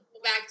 back